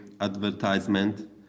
advertisement